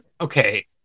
okay